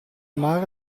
mare